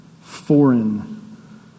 foreign